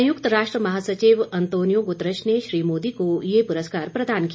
संयुक्त राष्ट्र महासचिव अंतोनियो गुतरश ने श्री मोदी को यह पुरस्कार प्रदान किया